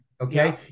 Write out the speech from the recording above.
Okay